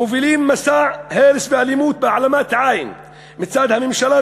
והם מובילים מסע הרס ואלימות בהעלמת עין מצד הממשלה,